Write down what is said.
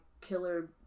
killer